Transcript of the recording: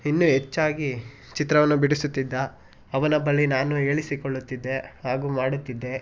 ಇನ್ನೂ ಹೆಚ್ಚಾಗಿ ಚಿತ್ರವನ್ನು ಬಿಡಿಸುತ್ತಿದ್ದ ಅವನ ಬಳಿ ನಾನು ಹೇಳಿಸಿಕೊಳ್ಳುತ್ತಿದ್ದೆ ಹಾಗೂ ಮಾಡುತ್ತಿದ್ದೆ